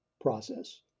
process